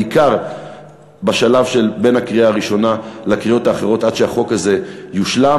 בעיקר בשלב שבין הקריאה הראשונה לקריאות האחרות עד שהחוק הזה יושלם,